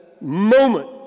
moment